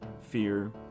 fear